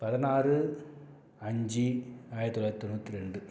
பதினாறு அஞ்சு ஆயிரத்து தொளாயிரத்து தொண்ணூற்றி ரெண்டு